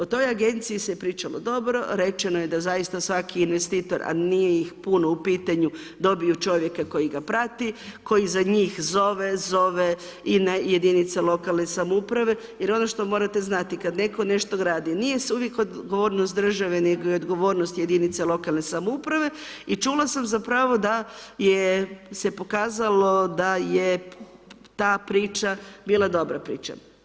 O toj agenciji se pričalo dobro, rečeno je da zaista svaki investitor a nije ih puno u pitanju, dobio čovjeka koji ga prate, koji za njih zove, zove i jedinice lokalne samouprave, jer ono što morate znati, kad netko nešto gradi, nije uvijek odgovornost države ni odgovornost jedinice lokalne samouprave, i čula sam zapravo da je se pokazalo da je ta priča bila dobra priča.